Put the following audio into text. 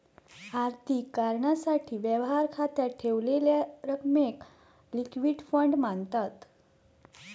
आर्थिक कारणासाठी, व्यवहार खात्यात ठेवलेल्या रकमेक लिक्विड फंड मांनतत